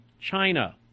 China